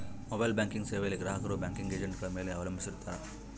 mobile banking ಸೇವೆಯಲ್ಲಿ ಗ್ರಾಹಕರು banking ಏಜೆಂಟ್ಗಳ ಮೇಲೆ ಅವಲಂಬಿಸಿರುತ್ತಾರ